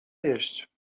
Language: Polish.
jeść